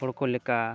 ᱦᱚᱲ ᱠᱚ ᱞᱮᱠᱟ